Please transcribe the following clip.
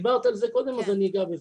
דיברת על זה קודם אז אני אגע בזה.